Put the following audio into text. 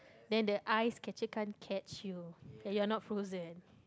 then the eyes catcher can't catch you that you're not frozen